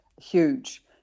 Huge